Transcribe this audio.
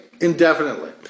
indefinitely